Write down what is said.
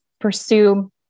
pursue